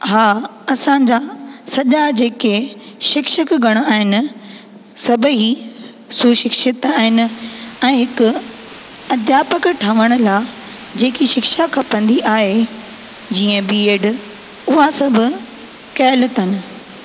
हा असांजा सॼा जेके शिक्षकगण आहिनि सभु ही सुशिक्षित आहिनि ऐं हिकु अध्यापक ठहण लाइ जेकी शिक्षा खपंदी आहे जीअं बी एड उहा सभु कयल अथनि